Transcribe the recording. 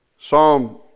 Psalm